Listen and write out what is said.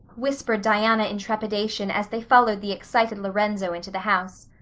whispered diana in trepidation as they followed the excited lorenzo into the house.